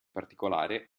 particolare